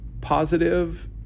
positive